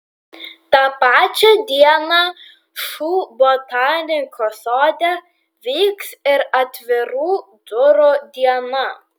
tą pačią dieną šu botanikos sode vyks ir atvirų durų diena